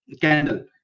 candle